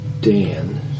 Dan